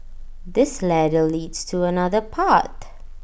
this ladder leads to another path